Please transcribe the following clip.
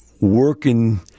working